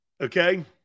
Okay